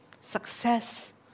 success